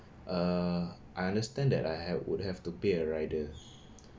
err I understand that I have would have to pay a rider